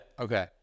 Okay